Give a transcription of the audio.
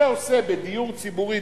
זה עושה בדיור ציבורי,